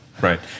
right